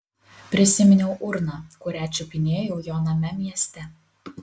prisiminiau urną kurią čiupinėjau jo name mieste